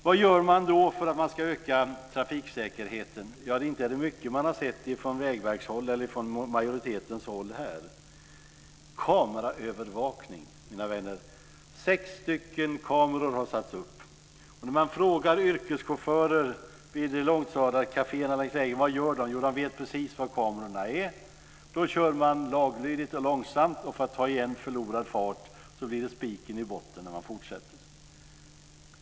Vad gör man då för att öka trafiksäkerheten? Inte är det mycket man har sett från vägverkshåll eller från majoritetens håll här. Kameraövervakning, mina vänner - sex stycken kameror har satts upp. När man frågar yrkeschaufförer vid ett långtradarkaféerna vad de gör säger de att de vet precis var kamerorna är. Då kör man lagligt, lite långsamt och för att ta igen förlorad fart blir det spiken i botten när man fortsätter.